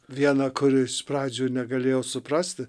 viena kur iš pradžių negalėjau suprasti